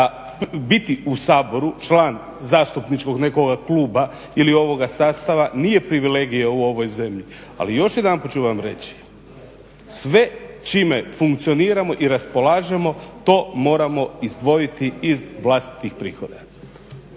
da biti u Saboru član zastupničkog nekoga kluba ili ovoga sastava nije privilegija u ovoj zemlji. Ali još jedanput ću vam reći. Sve čime funkcioniramo i raspolažemo to moramo izdvojiti iz vlastitih prihoda.